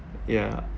yeah